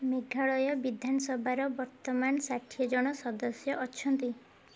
ମେଘାଳୟ ବିଧାନସଭାର ବର୍ତ୍ତମାନ ଷାଠିଏ ଜଣ ସଦସ୍ୟ ଅଛନ୍ତି